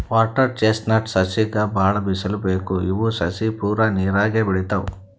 water chestnut ಸಸಿಗ್ ಭಾಳ್ ಬಿಸಲ್ ಬೇಕ್ ಇವ್ ಸಸಿ ಪೂರಾ ನೀರಾಗೆ ಬೆಳಿತಾವ್